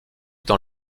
dans